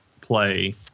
play